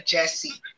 Jesse